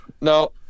No